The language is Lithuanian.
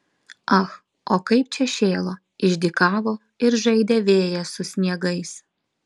ach o kaip čia šėlo išdykavo ir žaidė vėjas su sniegais